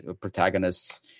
protagonists –